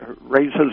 raises